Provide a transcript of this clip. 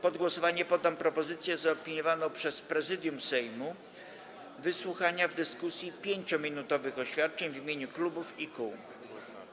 Pod głosowanie poddam propozycję zaopiniowaną przez Prezydium Sejmu wysłuchania w dyskusji 5-minutowych oświadczeń w imieniu klubów i kół.